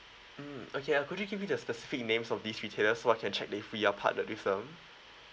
mm okay could you give me the specific name of this retailer so I can check if we are partnered with them